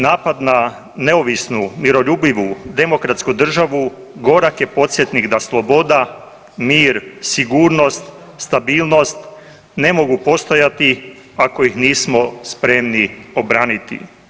Napada na neovisnu miroljubivu demokratsku državu gorak je podsjetnik da sloboda, mir, sigurnost, stabilnost ne mogu postojati ako ih nismo spremni obraniti.